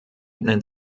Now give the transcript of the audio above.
nennt